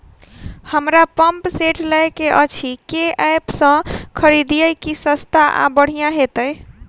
हमरा pump set लय केँ अछि केँ ऐप सँ खरिदियै की सस्ता आ बढ़िया हेतइ?